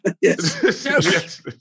Yes